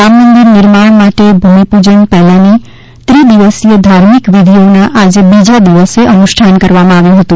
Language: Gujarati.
રામ મંદિર નિર્માણ માટે ભૂમિપૂજન પહેલાની ત્રિદિવસીય ધાર્મિક વિધિઓના આજે બીજા દિવસે અનુષ્ઠાન કરવામાં આવ્યું હતું